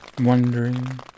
Wondering